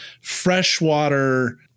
freshwater